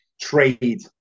Trade